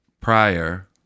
prior